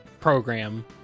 program